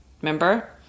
Remember